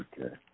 Okay